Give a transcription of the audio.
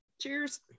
cheers